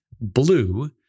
blue